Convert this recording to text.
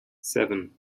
seven